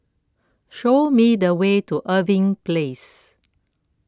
show me the way to Irving Place